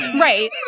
Right